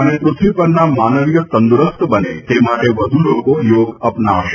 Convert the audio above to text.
અને પૃથ્વી પરના માનવીઓ તંદ્દરસ્ત બને તે માટે વ્ધ લોકો યોગ અપનાવશે